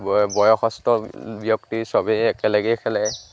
বয়সস্থ ব্যক্তি চবেই একেলগেই খেলে